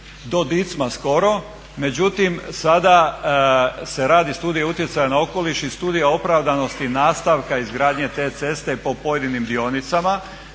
do Dicma skoro, međutim sada se radi studija utjecaja na okoliš i studija opravdanosti nastavka izgradnje te ceste po pojedinim dionicama